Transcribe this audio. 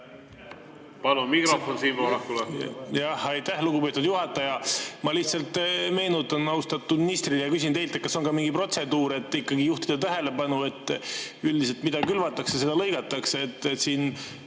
Palun mikrofon Siim Pohlakule. Aitäh, lugupeetud juhataja! Ma lihtsalt meenutan austatud ministrile ja küsin teilt, kas on mingi protseduur, et ikkagi juhtida tähelepanu, et üldiselt, mida külvatakse, seda lõigatakse.